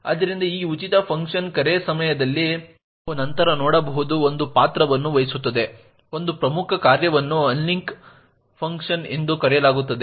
ಆದ್ದರಿಂದ ಈ ಉಚಿತ ಫಂಕ್ಷನ್ ಕರೆ ಸಮಯದಲ್ಲಿ ಹಾಗೂ malloc ಫಂಕ್ಷನ್ ಕರೆ ಸಮಯದಲ್ಲಿ ನಾವು ನಂತರ ನೋಡಬಹುದು ಒಂದು ಪಾತ್ರವನ್ನು ವಹಿಸುತ್ತದೆ ಒಂದು ಪ್ರಮುಖ ಕಾರ್ಯವನ್ನು ಅನ್ಲಿಂಕ್ ಫಂಕ್ಷನ್ ಎಂದು ಕರೆಯಲಾಗುತ್ತದೆ